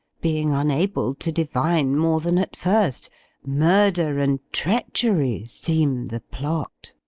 being unable to divine more than at first murder and treachery seem the plot.